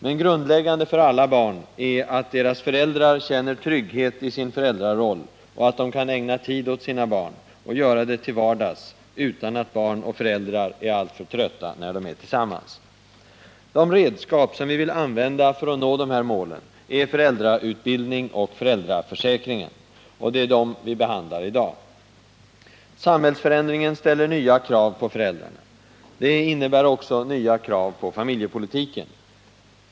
Men grundläggande för alla barn är att deras föräldrar känner trygghet i sin föräldraroll och att de kan ägna tid åt sina barn och göra det till vardags utan att barn och föräldrar är alltför trötta när de är tillsammans. De redskap som vi vill använda för att nå de här målen är föräldrautbildning och föräldraförsäkringen, och det är dem vi behandlar i dag. Samhällsförändringen ställer nya krav på föräldrarna. Det innebär också nya krav på familjepolitiken.